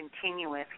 continuously